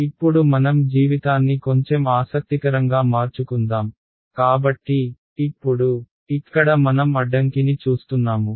ఇప్పుడు మనం జీవితాన్ని కొంచెం ఆసక్తికరంగా మార్చుకుందాం కాబట్టి ఇప్పుడు ఇక్కడ మనం అడ్డంకిని చూస్తున్నాము